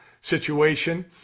situation